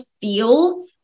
feel